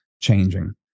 changing